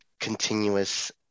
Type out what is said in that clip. continuous